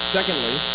Secondly